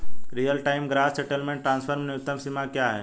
Real time gross settlement transfer में न्यूनतम सीमा क्या है?